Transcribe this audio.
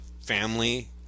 family